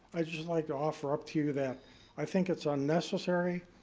i'd just like to offer up to you that i think it's unnecessary,